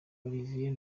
olivier